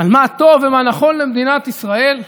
על מה טוב ומה נכון למדינת ישראל.